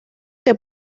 que